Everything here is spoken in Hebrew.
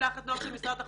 משלחת הנוער של משרד החוץ,